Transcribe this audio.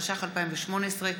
התשע"ח 2018,